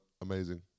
amazing